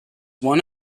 one